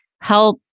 help